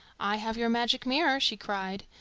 i have your magic mirror, she cried.